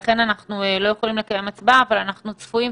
לכן אנחנו לא יכולים לקיים הצבעה אבל אנחנו צפויים,